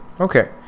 Okay